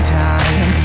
time